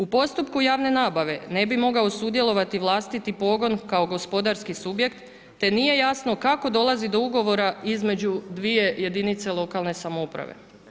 U postupku javne nabave ne bi mogao sudjelovati vlastiti pogon kao gospodarski subjekt te nije jasno kako dolazi do ugovora između dvije jedinice lokalne samouprave.